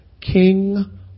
King